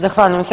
Zahvaljujem se.